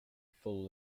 full